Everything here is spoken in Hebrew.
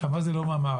מה זה לא מהמערכת?